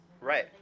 right